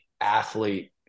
athlete